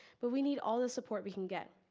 but we need all the support we can get.